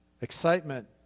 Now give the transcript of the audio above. Excitement